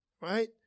right